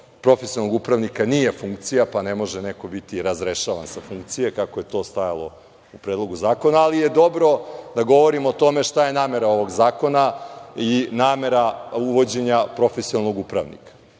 profesionalnog upravnika nije funkcija, pa ne može neko biti razrešavan sa funkcije, kako je stajalo u Predlogu zakona, ali je dobro da govorimo o tome šta je namera ovog zakona i namera uvođenja profesionalnog upravnika.